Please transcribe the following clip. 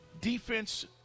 defense